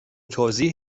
توضیح